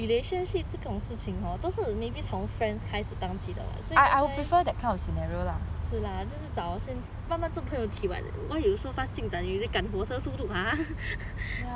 relationship 这种事情 hor 都是 maybe 从 friends 开始当起的 [what] 所以是啦这是找慢慢做朋友起 [what] why you so fast usually 赶火车速度 !huh!